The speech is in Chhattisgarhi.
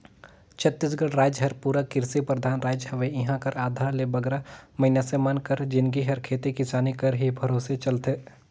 छत्तीसगढ़ राएज हर पूरा किरसी परधान राएज हवे इहां कर आधा ले बगरा मइनसे मन कर जिनगी हर खेती किसानी कर ही भरोसे चलथे